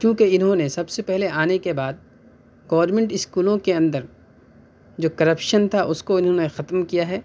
چونکہ اِنہوں نے سب سے پہلے آنے کے بعد گورنمنٹ اسکولوں کے اندر جو کرپشن تھا اُس کو اِنہوں نے ختم کیا ہے